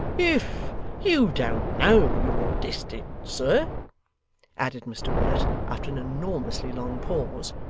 if you don't know your distance, sir added mr willet, after an enormously long pause,